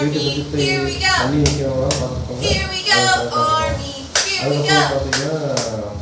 வீட்டை சுற்றி தண்ணி நிற்கவுடாம பார்த்துக்கோங்க அது கரெட்டாக இருக்கும் அதுக்கப்றம் பார்த்திங்கனா